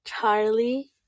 Charlie